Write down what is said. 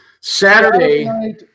Saturday